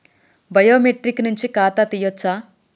Biometric నుంచి ఖాతా తీయచ్చా?